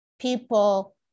people